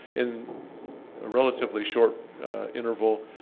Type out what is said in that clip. in a relatively short interval,